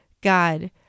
God